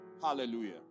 Hallelujah